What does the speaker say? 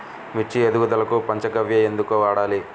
మిర్చి ఎదుగుదలకు పంచ గవ్య ఎందుకు వాడాలి?